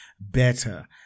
better